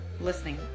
listening